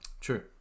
true